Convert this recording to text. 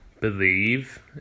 believe